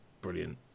brilliant